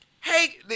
Hey